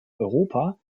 europa